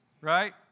Right